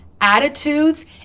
attitudes